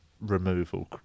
removal